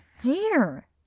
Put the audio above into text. dear